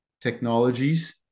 technologies